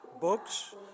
books